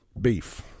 beef